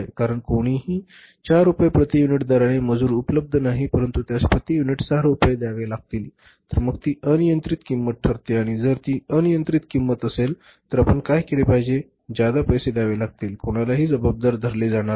कारण कोणीही ४ रुपये प्रति युनिट दराने मजूर उपलब्ध नाही परंतु त्यास प्रति युनिट 6 रुपये द्यावे लागतील तर मग ती अनियंत्रित किंमत ठरते आणि जर ती अनियंत्रित किंमत असेल तर आपण काय केले पाहिजे जादा पैसे द्यावे लागतील आणि कोणालाही जबाबदार धरले जाणार नाही